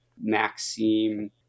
Maxime